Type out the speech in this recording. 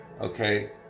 Okay